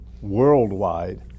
worldwide